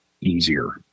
easier